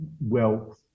wealth